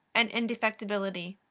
and indefectibility.